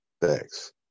thanks